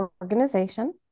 organization